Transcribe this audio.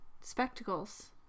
spectacles